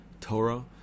Torah